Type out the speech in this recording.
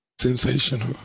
Sensational